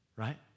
Right